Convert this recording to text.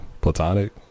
platonic